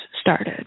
started